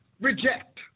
reject